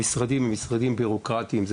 המשרדים הם משרדים בירוקרטיים,